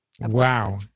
Wow